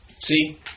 See